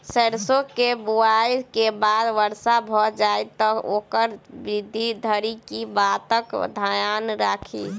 सैरसो केँ बुआई केँ बाद वर्षा भऽ जाय तऽ ओकर वृद्धि धरि की बातक ध्यान राखि?